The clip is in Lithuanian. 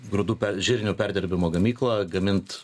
grūdų žirnių perdirbimo gamyklą gamint